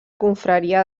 confraria